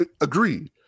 agreed